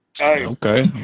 Okay